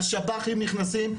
השב"חים נכנסים,